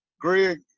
Greg